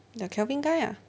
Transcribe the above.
the kelvin guy ah